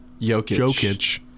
Jokic